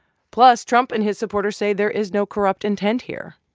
plus trump and his supporters say there is no corrupt intent here